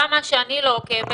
גם מה שאני לא עוקבת,